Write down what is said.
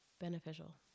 beneficial